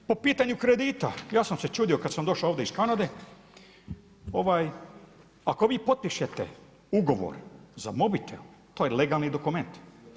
Po pitanju kredita, ja sam se čudio kada sam došao ovdje iz Kanade, ako vi potpišete ugovor za mobitel, to je legalni dokument.